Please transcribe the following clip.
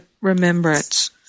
remembrance